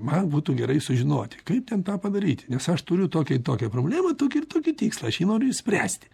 man būtų gerai sužinoti kaip ten tą padaryti nes aš turiu tokią ir tokią problemą tokį ir tokį tikslą aš jį noriu išspręsti